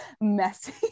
messy